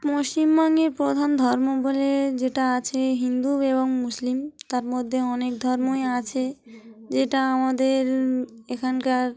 পশ্চিমবঙ্গের প্রধান ধর্ম বলে যেটা আছে হিন্দু এবং মুসলিম তার মধ্যে অনেক ধর্মই আছে যেটা আমাদের এখানকার